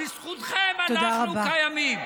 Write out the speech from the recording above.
בזכותכם אנחנו קיימים.